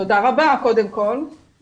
תודה רבה על המחמאה.